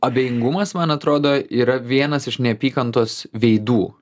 abejingumas man atrodo yra vienas iš neapykantos veidų